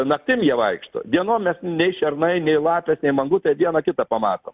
naktim jie vaikšto dienom mes nei šernai nei lapės nei mangutai vieną kitą pamatom